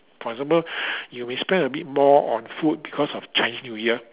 for example you may spend abit more on food because of Chinese new year